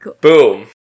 boom